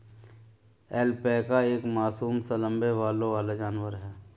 alpaca एक मासूम सा लम्बे बालों वाला जानवर है